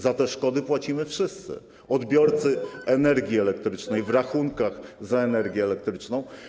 Za te szkody płacimy wszyscy, odbiorcy energii elektrycznej w rachunkach za energię elektryczną.